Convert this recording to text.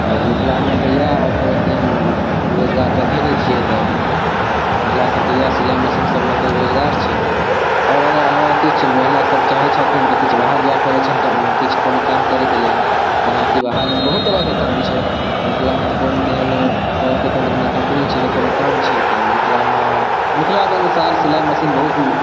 आओर मिथिलामे तऽ इएह आओर कोनो तेहन रोजगार दखै तऽनहि छियै एतऽ महिला सभके इएह सिलाइ मशीन सभ लऽ कऽ रोजगार छै आओर अगर आगा किछु महिला सभ चाहै छथिन तऽ किछु बाहर जाइ पड़ै छनि किछु कोनो काम करैके लेल जेनाकि बाहर बहुत तरहके काम छै मिथिलामे तऽ कोनो तेहन तरहके कोनो कम्पनी छै ने कोनो काम छै तऽ मिथिलामे मिथिलाके अनुसार सिलाइ मशीन बहुत